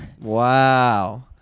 Wow